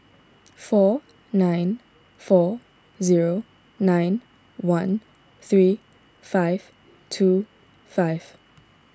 four nine four zero nine one three five two five